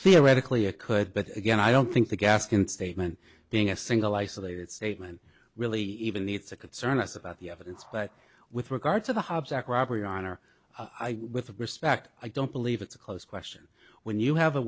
theoretically it could but again i don't think the gascon statement being a single isolated statement really even the it's a concern to us about the evidence but with regard to the hobbs act robbery on or with respect i don't believe it's a close question when you have a